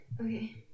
okay